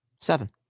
Seven